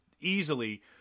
easily